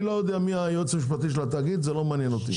לא יודע מי היועץ המשפטי לש התאגיד זה לא מעניין אותי.